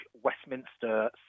Westminster